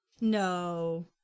No